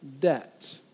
debt